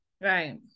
Right